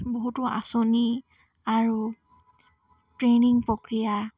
বহুতো আঁচনি আৰু ট্ৰেইনিং প্ৰক্ৰিয়া